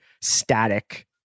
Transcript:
static